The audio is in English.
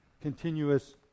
Continuous